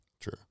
True